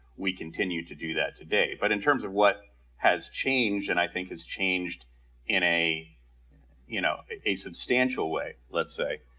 we continue to do that today. but in terms of what has changed and i think has changed in a you know a substantial way let's say,